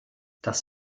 das